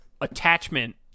attachment